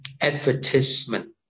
advertisement